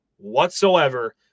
whatsoever